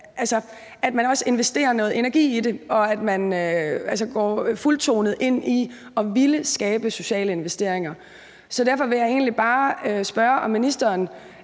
også at man investerer noget energi i det, og at man altså går fuldtonet ind i at ville skabe sociale investeringer. Så derfor vil jeg egentlig bare spørge, om ministeren